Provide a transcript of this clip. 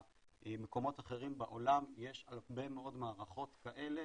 במקומות אחרים בעולם יש הרבה מאוד מערכות כאלה